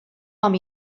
amb